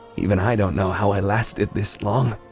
even i don't know how i lasted this long.